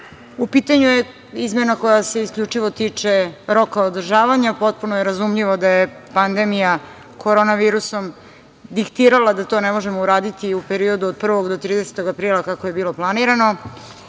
U pitanju je izmena koja se isključivo tiče roka održavanja. Potpuno je razumljivo da je pandemija Korona virusa diktirala da to ne možemo uraditi u periodu od 1. do 30. aprila, kako je bilo planirano,